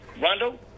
Rondo